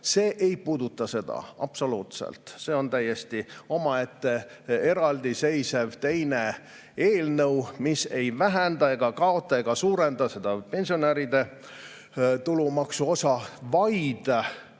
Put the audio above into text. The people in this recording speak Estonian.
See ei puuduta seda absoluutselt. See on täiesti omaette, eraldiseisev, teine eelnõu, mis ei vähenda ega kaota ega suurenda seda pensionäride tulumaksu osa, vaid